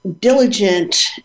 diligent